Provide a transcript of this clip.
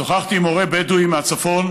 שוחחתי עם הורה בדואי מהצפון,